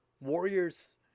warriors